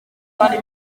kandi